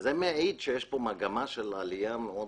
וזה מעיד על כך שיש כאן מגמה של עלייה מאוד